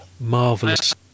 Marvelous